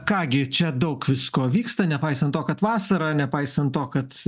ką gi čia daug visko vyksta nepaisant to kad vasara nepaisant to kad